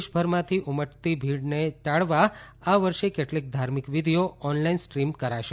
દેશભરમાંથી ઉમટતી ભીડને ટાળવા આ વર્ષે કેટલીક ધાર્મિક વિધીઓ ઓનલાઈન સ્ટ્રીમ કરાશે